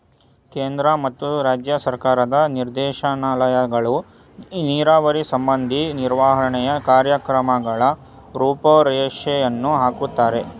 ಕೇಂದ್ರ ಮತ್ತು ರಾಜ್ಯ ಸರ್ಕಾರದ ನಿರ್ದೇಶನಾಲಯಗಳು ನೀರಾವರಿ ಸಂಬಂಧಿ ನಿರ್ವಹಣೆಯ ಕಾರ್ಯಕ್ರಮಗಳ ರೂಪುರೇಷೆಯನ್ನು ಹಾಕುತ್ತಾರೆ